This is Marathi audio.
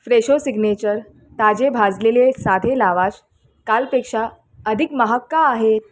फ्रेशो सिग्नेचर ताजे भाजलेले साधे लावाश कालपेक्षा अधिक महाग का आहेत